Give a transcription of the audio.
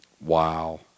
Wow